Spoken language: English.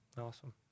Awesome